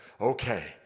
okay